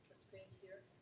screens here?